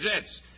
jets